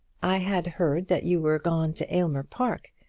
i had heard that you were gone to aylmer park.